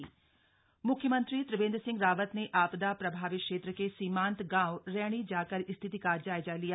CM दौरा मुख्यमंत्री त्रिवेंद्र सिंह रावत ने आपदा प्रभावित क्षेत्र के सीमांत गांव रैणी जाकर स्थिति का जायजा लिया